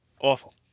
Awful